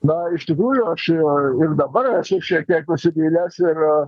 na iš tikrųjų aš ir ir dabar esu šiek tiek nusivylęs ir